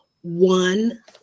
one